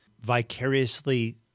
vicariously